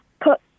put